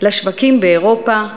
לשווקים באירופה,